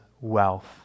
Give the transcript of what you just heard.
wealth